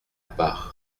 part